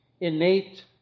innate